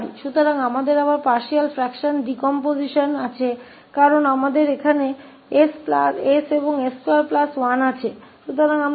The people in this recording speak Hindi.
इसलिए अब हमारे पास आंशिक अंश का अपघटन फिर से है क्योंकि यहां हमारे पास यह 𝑠 और 𝑠21 है